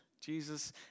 Jesus